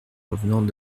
revenant